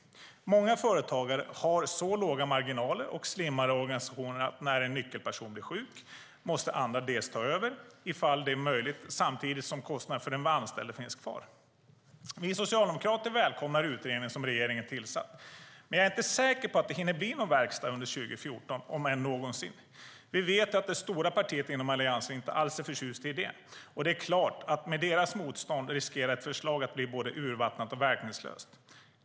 Många företagare har så låga marginaler och slimmade organisationer att när en nyckelperson blir sjuk måste andra ta över, om det är möjligt, samtidigt som kostnaden för den anställde finns kvar. Vi socialdemokrater välkomnar utredningen som regeringen har tillsatt, men jag är inte säker på att det hinner bli någon verkstad under 2014 - om än någonsin. Vi vet att det stora partiet inom Alliansen inte alls är förtjust i den. Med det partiets motstånd riskerar ett förlag att bli både urvattnat och verkningslöst.